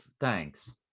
thanks